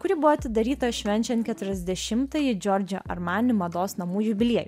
kuri buvo atidaryta švenčiant keturiasdešimtąjį džiordžio armani mados namų jubiliejų